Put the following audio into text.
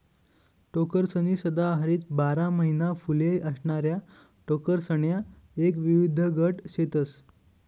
टोकरसनी सदाहरित बारा महिना फुले असणाऱ्या टोकरसण्या एक विविध गट शेतस